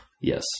Yes